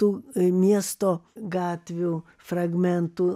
tų miesto gatvių fragmentų